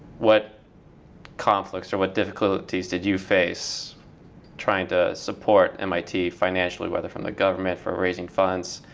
what conflicts, or what difficulties did you face trying to support mit financially, whether from the government, for raising funds?